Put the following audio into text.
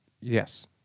Yes